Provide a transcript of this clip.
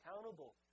accountable